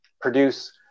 produce